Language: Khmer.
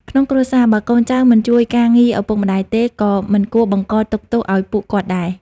ក្នុងគ្រួសារ បើកូនចៅមិនជួយការងារឪពុកម្ដាយទេ ក៏មិនគួរបង្កទុក្ខទោសឱ្យពួកគាត់ដែរ។